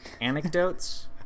anecdotes